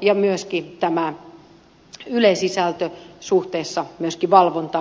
ja saada myöskin kuntoon tämän yle sisällön suhteessa valvontaan